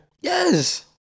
Yes